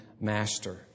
master